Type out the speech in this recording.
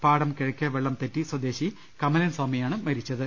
പാടം കിഴക്കേ വെള്ളംതെറ്റി സ്വദേശി കമലൻ സ്വാമിയാണ് മരിച്ചത്